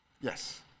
Yes